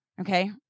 Okay